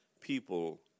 people